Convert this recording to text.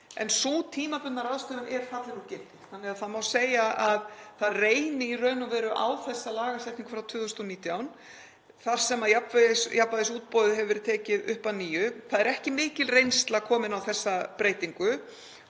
en sú tímabundna ráðstöfun er fallin úr gildi. Það má því segja að það reyni í raun og veru á þessa lagasetningu frá 2019 þar sem jafnvægisútboðið hefur verið tekið upp að nýju. Það er ekki mikil reynsla komin á þessa breytingu